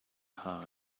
hard